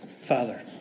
Father